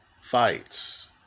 fights